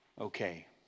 okay